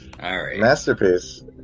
Masterpiece